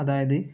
അതായത്